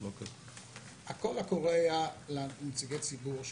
הקול הקורא היה לנציגי הציבור.